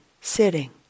sitting